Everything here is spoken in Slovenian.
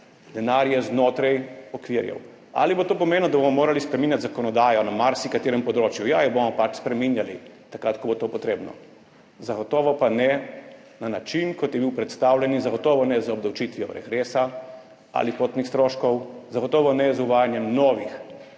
Denar je znotraj okvirov. Ali bo to pomenilo, da bomo morali spreminjati zakonodajo na marsikaterem področju? Ja, jo bomo pač spreminjali takrat, ko bo to potrebno. Zagotovo pa ne na način, kot je bil predstavljen, in zagotovo ne z obdavčitvijo regresa ali potnih stroškov, zagotovo ne z uvajanjem novih